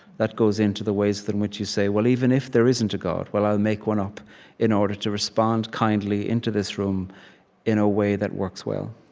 that goes into the ways in which you say, well, even if there isn't a god, well, i'll make one up in order to respond kindly into this room in a way that works well.